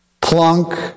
plunk